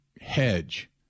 hedge